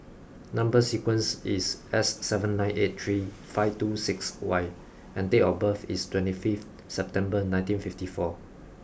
number sequence is S seven nine eight three five two six Y and date of birth is twenty five September nineteen fifty four